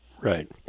Right